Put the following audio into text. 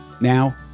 Now